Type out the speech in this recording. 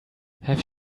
have